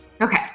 Okay